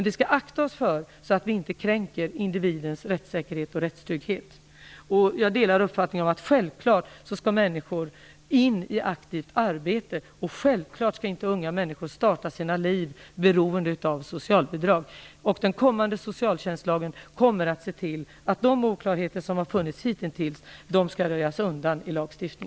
Vi skall akta oss för att kränka individens rättssäkerhet och rättstrygghet. Jag delar uppfattningen att människor självfallet skall in i aktivt arbete. Självfallet skall unga människor inte starta sina liv beroende av socialbidrag. Den kommande socialtjänstlagen kommer att se till att de oklarheter som har funnits hitintills röjs undan.